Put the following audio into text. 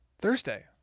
Thursday